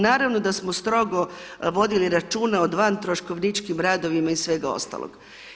Naravno da smo strogo vodili računa o vantroškovničkim radovima i svega ostalog.